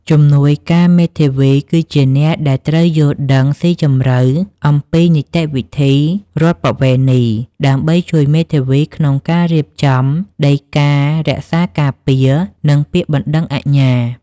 ជំនួយការមេធាវីគឺជាអ្នកដែលត្រូវយល់ដឹងស៊ីជម្រៅអំពីនីតិវិធីរដ្ឋប្បវេណី ដើម្បីជួយមេធាវីក្នុងការរៀបចំដីការក្សាការពារ និងពាក្យបណ្តឹងអាជ្ញា។